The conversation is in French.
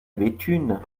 béthune